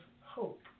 hope